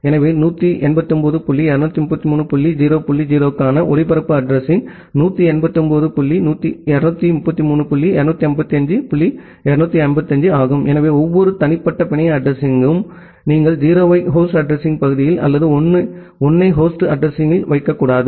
எனவே 189 dot 233 dot 0 dot 0 க்கான ஒளிபரப்பு அட்ரஸிங்189 டாட் 233 டாட் 255 டாட் 255 ஆகும் எனவே ஒவ்வொரு தனிப்பட்ட பிணைய அட்ரஸிங்க்கும் நீங்கள் 0 ஐ ஹோஸ்ட் அட்ரஸிங் பகுதியில் அல்லது அனைத்து 1 ஐ ஹோஸ்ட் அட்ரஸிங்யில் வைக்கக்கூடாது